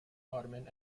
ottoman